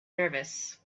nervous